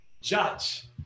judge